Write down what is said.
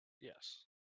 Yes